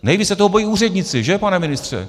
Nejvíc se toho bojí úředníci, že, pane ministře?